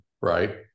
right